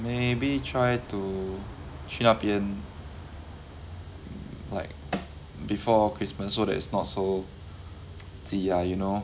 maybe try to 去那边 like before christmas so that it's not so the ah you know